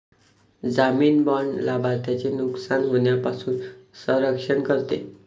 जामीन बाँड लाभार्थ्याचे नुकसान होण्यापासून संरक्षण करते